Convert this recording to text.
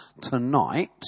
tonight